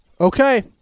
Okay